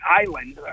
Island